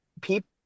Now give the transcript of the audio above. people